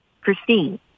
christine